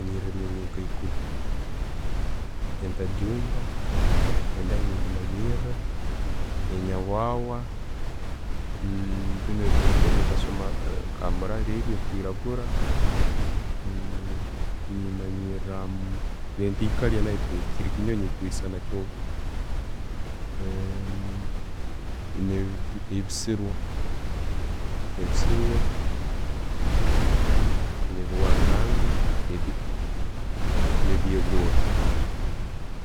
Manyire ebijonji Nka ekuumi, entajumba, endayi ne'gimanyiira, enawawa, binu ebikusoma kamurari ebyo'ebikwiragura, nemanyiiramu nempikara, tekili kinyonji ekisana kyonka, ne'bisirwa, ne'bisirwa, ne'biwanganga, nebyogora.